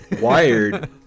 Wired